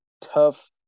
Tough